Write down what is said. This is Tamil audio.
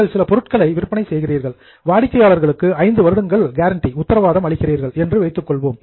நீங்கள் சில பொருட்களை விற்பனை செய்கிறீர்கள் வாடிக்கையாளர்களுக்கு 5 வருடங்கள் கேரண்டி உத்தரவாதம் அளிக்கிறீர்கள் என்று வைத்துக் கொள்வோம்